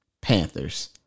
Panthers